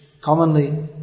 commonly